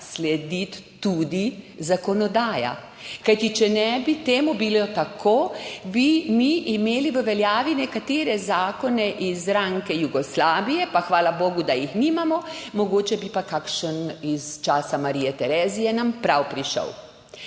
slediti tudi zakonodaja, kajti če to ne bi bilo tako, bi mi imeli v veljavi nekatere zakone iz rajnke Jugoslavije, pa hvala bogu, da jih nimamo, mogoče bi nam pa kakšen iz časa Marije Terezije prav prišel.